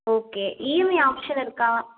okay EMI option இருக்கா